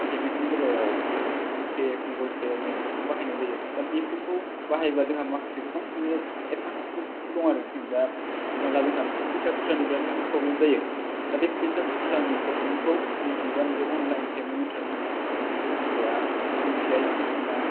payment नि बेलायाव जों फन पे गुगल पे नैबेफोरखौ बाहायनाय जायो दा बेफोरखौ बाहायबा जोंहा माखासे गोबां माने एडभानटेजबो दं आरो जेन'बा हमना ला जोंहा फैसा खुस्रानि बिराथ मोनसे प्रब्लेम जायो दा बे फैसा खुस्रानि प्रब्लेमखौ बुंनो थाङोब्ला बे अनलायन पेमेन्ट इन्टारफ्रेस बे बुस्थुआ माने इउ पि आई सिस्टेमा